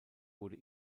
wurde